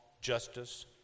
justice